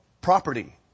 property